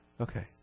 Okay